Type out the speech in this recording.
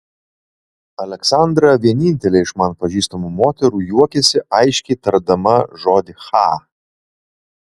aleksandra vienintelė iš man pažįstamų moterų juokiasi aiškiai tardama žodį cha